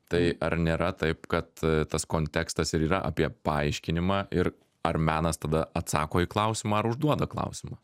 tai ar nėra taip kad tas kontekstas ir yra apie paaiškinimą ir ar menas tada atsako į klausimą ar užduoda klausimą